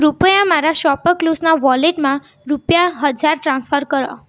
કૃપયા મારા શોપક્લુસના વોલેટમાં રૂપિયા હજાર ટ્રાન્સફર કરો